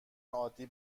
عادی